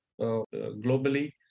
globally